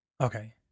Okay